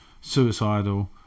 suicidal